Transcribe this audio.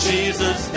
Jesus